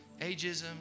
Ageism